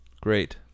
Great